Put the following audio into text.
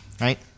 right